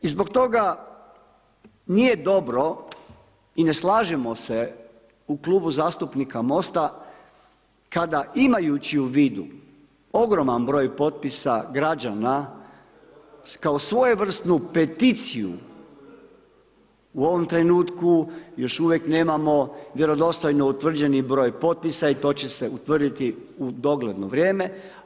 I zbog toga nije dobro i ne slažemo se u Klubu zastupnika MOST-a kada imajući u vidu ogroman broj potpisa građana kao svojevrsnu peticiju u ovom trenutku još uvijek nemamo vjerodostojno utvrđeni broj potpisa i to će se utvrditi u dogledno vrijeme.